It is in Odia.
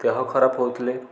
ଦେହ ଖରାପ ହେଉଥିଲେ